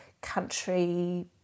country